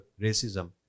racism